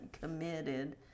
committed